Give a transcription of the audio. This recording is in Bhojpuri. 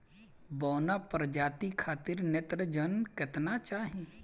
बौना प्रजाति खातिर नेत्रजन केतना चाही?